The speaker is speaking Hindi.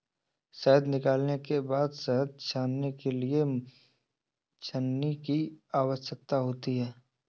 शहद निकालने के बाद शहद छानने के लिए छलनी की आवश्यकता होती है